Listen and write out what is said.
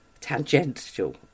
tangential